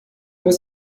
was